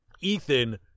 Ethan